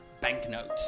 Banknote